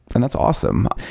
then that's awesome.